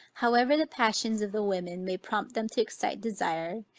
however the passions of the women may prompt them to excite desire,